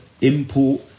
import